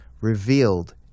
revealed